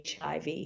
HIV